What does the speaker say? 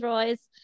Royce